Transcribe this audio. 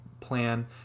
plan